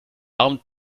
armen